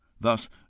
Thus